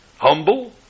Humble